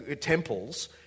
temples